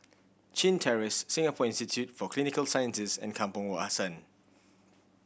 Chin Terrace Singapore Institute for Clinical Sciences and Kampong Wak Hassan